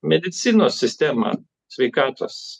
medicinos sistemą sveikatos